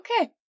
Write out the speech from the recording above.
okay